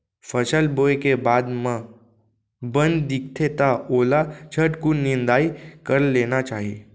फसल बोए के बाद म बन दिखथे त ओला झटकुन निंदाई कर लेना चाही